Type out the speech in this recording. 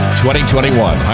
2021